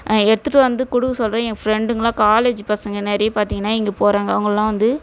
எடுத்துகிட்டு வந்து கொடுக்க சொல்கிறேன் ஏன் ஃப்ரெண்டுங்கள் எல்லாம் காலேஜ் பசங்க நிறைய பார்த்தீங்கன்னா இங்கே போகறாங்க அவங்களலாம் வந்து